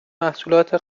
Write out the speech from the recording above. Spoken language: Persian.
محصولات